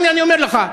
הנה אני אומר לך: